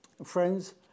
Friends